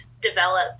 develop